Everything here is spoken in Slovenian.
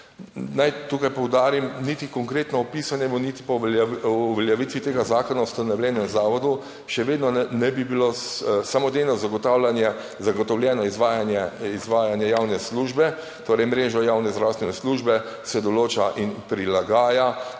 Naj tukaj poudarim, niti konkretno opisanem niti po uveljavitvi tega zakona o ustanovljenem zavodu še vedno ne bi bilo samodejno zagotavljanje, zagotovljeno izvajanje, izvajanja javne službe, torej mrežo javne zdravstvene službe se določa in prilagaja